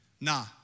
Nah